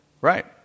Right